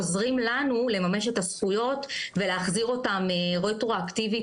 עוזרים לנו לממש את הזכויות ולהחזיר אותן רטרואקטיבית.